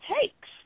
takes